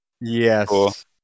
Yes